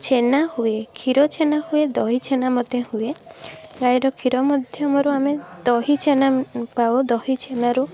ଛେନା ହୁଏ କ୍ଷୀର ଛେନା ହୁଏ ଦହି ଛେନା ମଧ୍ୟ ହୁଏ ଗାଈର କ୍ଷୀର ମାଧ୍ୟମରୁ ଆମେ ଦହି ଛେନା ପାଉ ଦହି ଛେନାରୁ